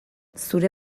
zure